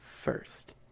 First